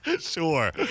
Sure